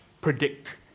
predict